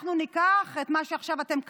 אנחנו ניקח את מה שעכשיו אתם קבעתם,